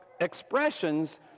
expressions